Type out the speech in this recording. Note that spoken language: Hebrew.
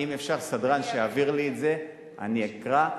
אם אפשר, שסדרן יעביר לי את זה ואני אקרא.